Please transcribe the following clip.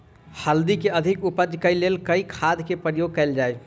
हल्दी केँ अधिक उपज केँ लेल केँ खाद केँ प्रयोग कैल जाय?